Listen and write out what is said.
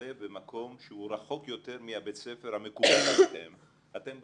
לשלב במקום שהוא רחוק יותר מבית הספר ואתם באים